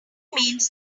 means